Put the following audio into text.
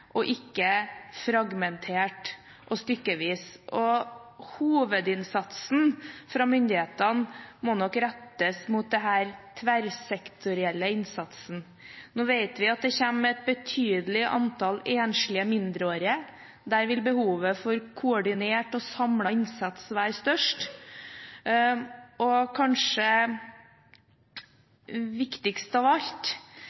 ikke fragmentert og stykkevis. Hovedinnsatsen fra myndighetene må nok rettes mot denne tverrsektorielle innsatsen. Nå vet vi at det kommer et betydelig antall enslige mindreårige, og der vil behovet for koordinert og samlet innsats være størst. Viktigst av alt